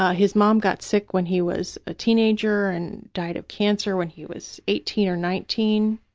ah his mom got sick when he was a teenager and died of cancer when he was eighteen or nineteen,